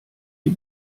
die